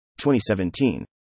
2017